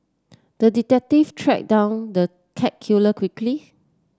the detective track down the cat killer quickly